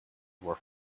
were